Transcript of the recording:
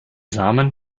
samen